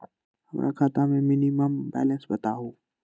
हमरा खाता में मिनिमम बैलेंस बताहु?